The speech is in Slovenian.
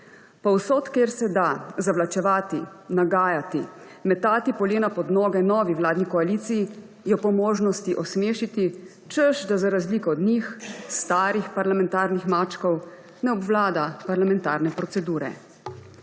Povsod, kjer se da zavlačevati, nagajati, metati polena pod noge novi vladni koaliciji, jo po možnosti osmešiti, češ da za razliko od njih, starih parlamentarnih mačkov, ne obvlada parlamentarne procedure.